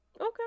Okay